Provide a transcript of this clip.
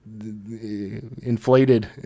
inflated